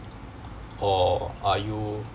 oo are you